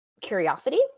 curiosity